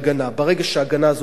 ברגע שההגנה הזאת יורדת,